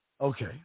Okay